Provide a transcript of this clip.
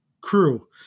crew